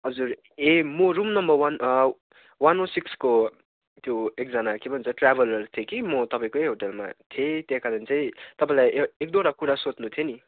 हजुर ए म room number one one O सिक्सको त्यो एकजना के भन्छ ट्राभलर थिएँ कि म तपाईँकै होटेलमा थिएँ त्यही कारण चाहिँ तपाईँलाई ए एक दुईवटा कुरा सोध्नु थियो नि